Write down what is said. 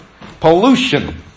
Pollution